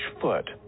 foot